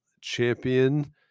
champion